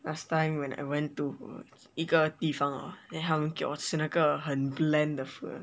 last time when I went to 一个地方 ah then 他们给我吃一个很 bland 的 food ah